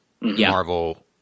Marvel